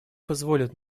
позволит